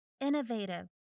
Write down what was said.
innovative